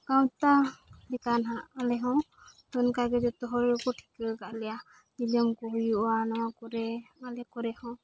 ᱜᱟᱶᱛᱟ ᱞᱮᱠᱟᱱᱟᱜ ᱟᱞᱮ ᱦᱚᱸ ᱚᱱᱠᱟ ᱜᱮ ᱡᱚᱛᱚ ᱦᱚᱲ ᱜᱮᱠᱚ ᱴᱷᱤᱠᱟᱹ ᱟᱠᱟᱫ ᱞᱮᱭᱟ ᱡᱤᱞᱟᱹᱢ ᱠᱚ ᱦᱩᱭᱩᱜᱼᱟ ᱱᱚᱣᱟ ᱠᱚᱨᱮ ᱟᱞᱮ ᱠᱚᱨᱮ ᱦᱚᱸ